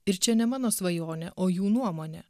ir čia ne mano svajonė o jų nuomonė